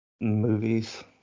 movies